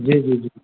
جی جی جی